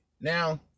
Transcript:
Now